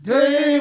Day